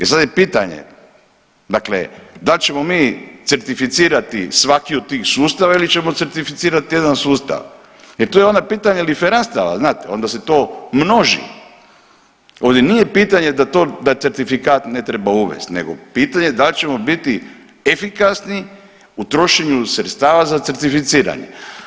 E sad je pitanje dakle dal ćemo mi certificirati svaki od tih sustava ili ćemo certificirati jedan sustav jer to je onda pitanje liferanstava znate onda se to množi, ovdje nije pitanje da certifikat ne treba uvest nego pitanje da li ćemo biti efikasni u trošenju sredstava za certificiranje.